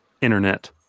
internet